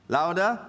Louder